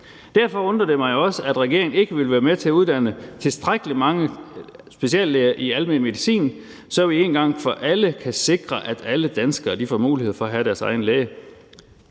Derfor undrer det mig også, at regeringen ikke vil være med til at uddanne tilstrækkelig mange speciallæger i almen medicin, så vi en gang for alle kan sikre, at alle danskere får mulighed for at have deres egen læge.